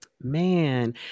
Man